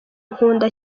nkunda